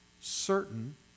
Certain